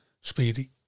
speedy